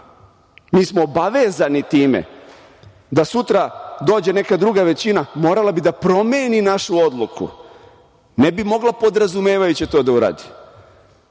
smo obavezani time da sutra dođe neka druga većina morala bi da promeni našu odluku, ne bi mogla podrazumevajuće to da uradi,